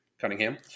Cunningham